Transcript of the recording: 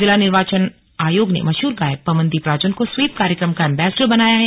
जिला निर्वाचन आयोग ने मशहूर गायक पवनदीप राजन को स्वीप कार्यक्रम का एंबेसडर बनाया है